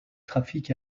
trafic